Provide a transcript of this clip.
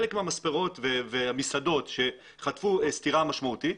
חלק מהמספרות והמסעדות שחטפו סטירה משמעותית,